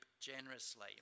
generously